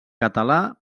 català